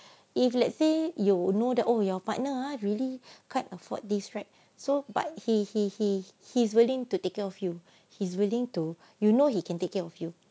if let's say you know the oh your partner ah really can't afford this right so but he he he he's willing to take care of you he's willing to you know he can take care of you